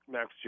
Max